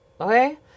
Okay